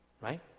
Right